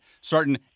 certain